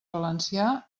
valencià